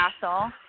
castle